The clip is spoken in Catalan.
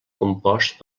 compost